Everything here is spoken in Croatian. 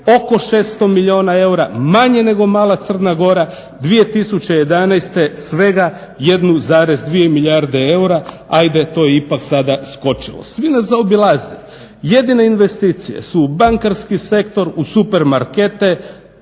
oko 600 milijuna eura, manje nego mala Crna Gora, 2011. svega 1,2 milijarde eura, ajde to je ipak sada skočilo. Svi nas zaobilaze. Jedine investicije su u bankarski sektor, u supermarkete,